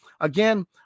again